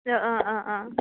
अ अ अ